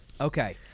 Okay